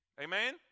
Amen